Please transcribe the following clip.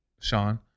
Sean